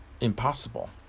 impossible